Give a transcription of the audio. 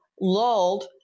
lulled